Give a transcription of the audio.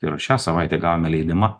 ir šią savaitę gavome leidimą